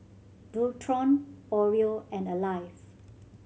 Dualtron Oreo and Alive